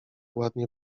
ładnie